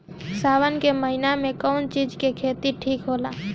सावन के महिना मे कौन चिज के खेती ठिक होला?